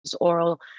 oral